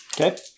Okay